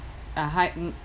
uh high mm